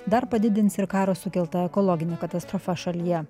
dar padidins ir karo sukelta ekologinė katastrofa šalyje